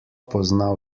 pozna